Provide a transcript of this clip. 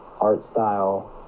Artstyle